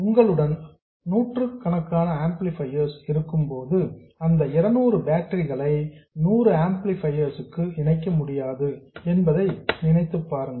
உங்களிடம் நூற்றுக்கணக்கான ஆம்ப்ளிபையர்ஸ் இருக்கும்போது அந்த 200 பேட்டரிகளை 100 ஆம்ப்ளிபையர்ஸ் க்கு இணைக்க முடியாது என்பதை நினைத்துப் பாருங்கள்